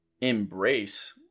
embrace